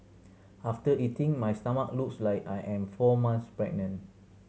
after eating my stomach looks like I am four months pregnant